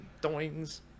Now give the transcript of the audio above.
doings